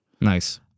Nice